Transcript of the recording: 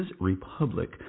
Republic